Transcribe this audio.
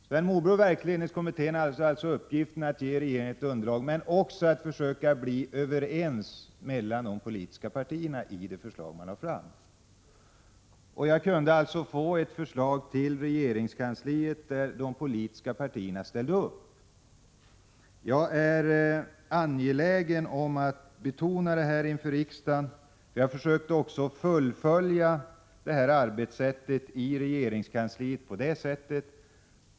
Sven Moberg och verksledningskommittén hade alltså uppgiften att ge regeringen ett underlag men också att försöka uppnå enighet mellan de politiska partierna om det förslag som skulle läggas fram. Jag kunde alltså få fram ett förslag till regeringskansliet som de politiska partierna ställt upp på. 34 Jag är angelägen om att betona detta inför riksdagen. Jag försökte också fullfölja detta arbetssätt i regeringskansliet genom att ha en öppenhet mot — Prot.